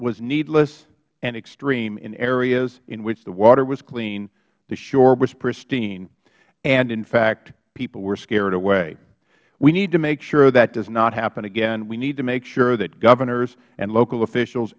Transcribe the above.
was needless and extreme in areas in which the water was clean the shore was pristine and in fact people were scared away we need to make sure that does not happen again we need to make sure that governors and local officials